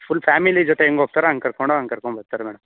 full family ಜೊತೆ ಹೆಂಗ್ ಹೋಗ್ತಾರೊ ಹಂಗ್ ಕರ್ಕಂಡೋಗಿ ಹಂಗ್ ಕರ್ಕೊಂಬರ್ತಾರೆ ಮೇಡಮ್